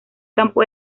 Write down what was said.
campo